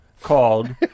called